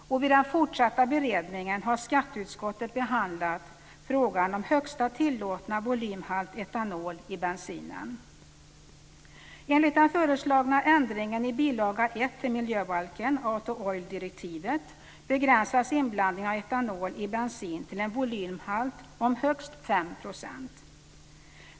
Vid den fortsatta beredningen har skatteutskottet behandlat frågan om högsta tillåtna volymhalt etanol i bensinen. Enligt den föreslagna ändringen i bil. 1 till miljöbalken, Auto/oil-direktivet, begränsas inblandningen av etanol i bensin till en volymhalt om högst 5 %.